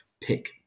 pick